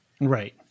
Right